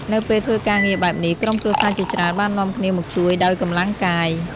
នៅពេលធ្វើការងារបែបនេះ ក្រុមគ្រួសារជាច្រើនបាននាំគ្នាមកជួយដោយកម្លាំងកាយ។